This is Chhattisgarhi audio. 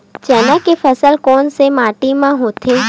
चना के फसल कोन से माटी मा होथे?